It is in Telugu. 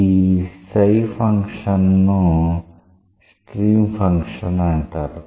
ఈ ఫంక్షన్ను స్ట్రీమ్ ఫంక్షన్ అంటారు